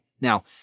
Now